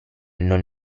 non